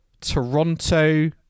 Toronto